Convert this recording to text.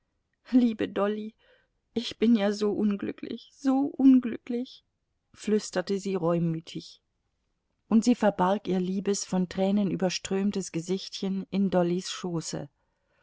liebe dolly ich bin ja so unglücklich so unglücklich flüsterte sie reumütig und sie verbarg ihr liebes von tränen überströmtes gesichtchen in dollys schoße